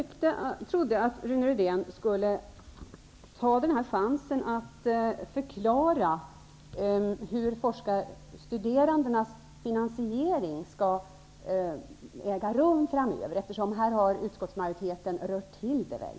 Jag trodde att Rune Rydén skulle ta chansen att förklara hur finansieringen av de forskarstuderandes studier skall äga rum i framtiden. Här har utskottsmajoriteten rört till det.